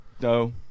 No